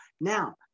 Now